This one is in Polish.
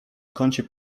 kącie